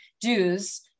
dues